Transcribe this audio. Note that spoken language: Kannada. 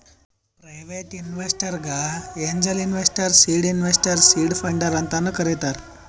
ಪ್ರೈವೇಟ್ ಇನ್ವೆಸ್ಟರ್ಗ angel investor, seed investor, seed funder ಅಂತಾನು ಕರಿತಾರ್